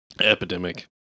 Epidemic